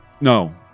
No